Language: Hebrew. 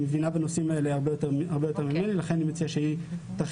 בזום והיא מבינה בנושאים האלה הרבה יותר ממני ולכן אני מציע שהיא תרחיב.